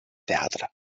teatre